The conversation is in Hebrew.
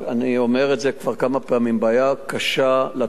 אני אומר את זה כבר כמה פעמים, בעיה קשה לתושבים.